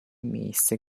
miejsce